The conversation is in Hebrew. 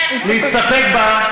להסתפק.